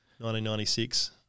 1996